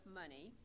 money